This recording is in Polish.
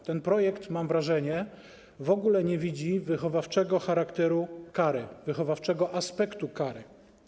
W tym projekcie, mam wrażenie, w ogóle nie widać wychowawczego charakteru kary, wychowawczego aspektu kary.